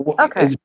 Okay